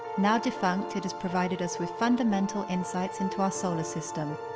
now defunct, it has provided us with fundamental insights into our solar system.